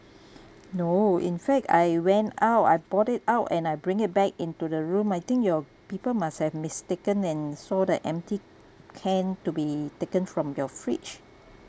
no in fact I went out I brought it out and I bring it back into the room I think your people must have mistaken and saw the empty can to be taken from your fridge